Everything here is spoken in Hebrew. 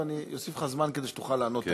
ואני אוסיף לך זמן כדי שתוכל לענות עליה.